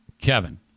Kevin